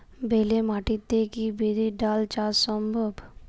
বেলে মাটিতে কি বিরির ডাল চাষ সম্ভব?